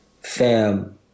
Fam